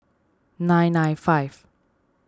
nine nine five